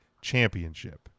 Championship